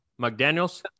McDaniels